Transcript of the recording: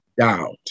doubt